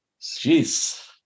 Jeez